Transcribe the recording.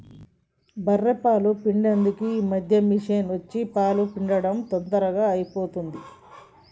బఱ్ఱె పాలు పిండేందుకు ఈ మధ్యన మిషిని వచ్చి పాలు పిండుడు తొందరగా అయిపోతాంది